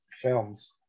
films